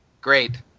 Great